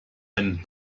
einen